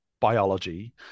biology